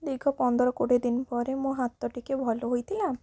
ଦୀର୍ଘ ପନ୍ଦର କୋଡ଼ିଏ ଦିନ ପରେ ମୋ ହାତ ଟିକେ ଭଲ ହୋଇଥିଲା